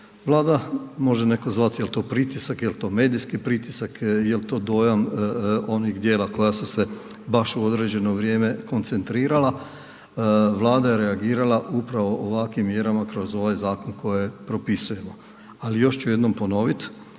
Vlada može netko zvati, je li to pritisak, je li to medijski pritisak, je li to dojam onih djela koja su se baš u određeno vrijeme koncentrirala, Vlada je reagirala upravo ovakvim mjerama kroz ovaj zakon koji propisujemo. Ali, još ću jednom ponoviti.